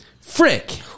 Frick